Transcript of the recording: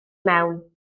mewn